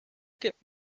ticket